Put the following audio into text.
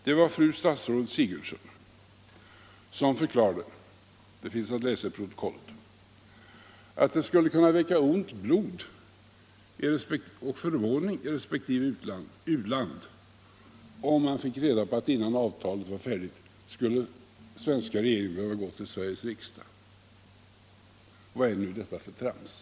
Det var fru statsrådet Sigurdsen som förklarade — det finns att läsa i protokollet —- att det skulle väcka ont blod och förvåning i respektive u-land om man fick reda på att innan avtal kunde slutas skulle den svenska regeringen behöva gå till Sveriges riksdag. Vad är nu detta för trams?